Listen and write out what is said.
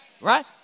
right